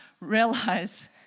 realize